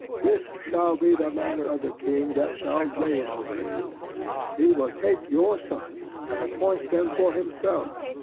this shall be the manner of the king that shall reign over you he will take your sons and appoint them for himself,